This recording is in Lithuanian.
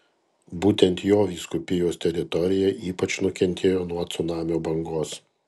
būtent jo vyskupijos teritorija ypač nukentėjo nuo cunamio bangos